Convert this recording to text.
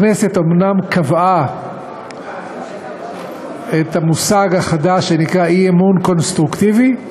הכנסת אומנם קבעה את המושג החדש שנקרא "אי-אמון קונסטרוקטיבי",